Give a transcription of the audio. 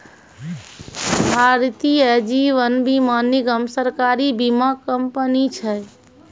भारतीय जीवन बीमा निगम, सरकारी बीमा कंपनी छै